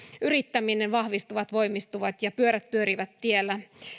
yrittäminen vahvistuvat voimistuvat ja pyörät pyörivät tiellä